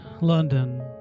London